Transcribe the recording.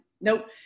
nope